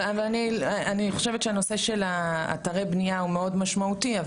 אבל אני חושבת שהנושא של אתרי בנייה מאוד משמעותי,